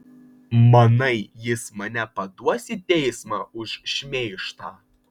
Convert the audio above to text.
manai jis mane paduos į teismą už šmeižtą